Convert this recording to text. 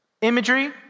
imagery